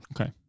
Okay